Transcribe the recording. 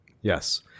Yes